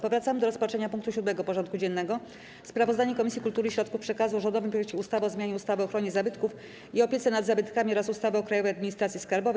Powracamy do rozpatrzenia punktu 7. porządku dziennego: Sprawozdanie Komisji Kultury i Środków Przekazu o rządowym projekcie ustawy o zmianie ustawy o ochronie zabytków i opiece nad zabytkami oraz ustawy o Krajowej Administracji Skarbowej.